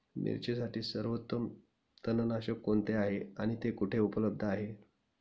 मिरचीसाठी सर्वोत्तम तणनाशक कोणते आहे आणि ते कुठे उपलब्ध आहे?